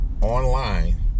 online